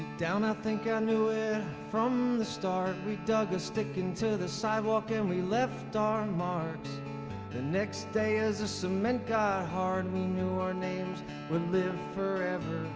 down i think i knew it from the start we dug a stick into the sidewalk and we left our marks the next day as the ah cement got hard we knew our names would live forever